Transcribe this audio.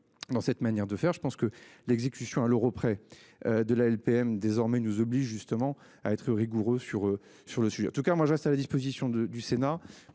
dans cette manière de faire, je pense que l'exécution à l'euro près. De la LPM désormais nous oblige justement à être rigoureux, sur sur le sujet en tout cas moi je reste à la disposition de du Sénat